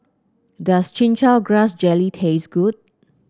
does Chin Chow Grass Jelly taste good